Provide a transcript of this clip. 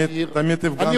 אני רוצה להבהיר,